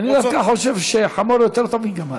למה אתה חושב שחמור יותר טוב מגמל?